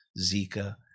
Zika